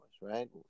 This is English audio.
right